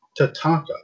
Tatanka